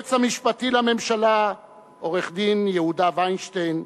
היועץ המשפטי לממשלה עורך-הדין יהודה וינשטיין,